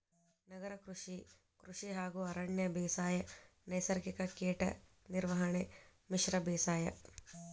ನಗರ ಕೃಷಿ, ಕೃಷಿ ಹಾಗೂ ಅರಣ್ಯ ಬೇಸಾಯ, ನೈಸರ್ಗಿಕ ಕೇಟ ನಿರ್ವಹಣೆ, ಮಿಶ್ರ ಬೇಸಾಯ